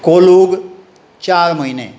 कोलुक चार म्हयने